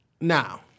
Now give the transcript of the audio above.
Now